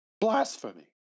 blasphemy